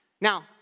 Now